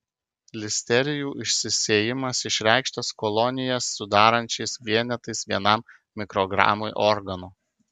listerijų išsisėjimas išreikštas kolonijas sudarančiais vienetais vienam mikrogramui organo